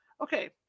Okay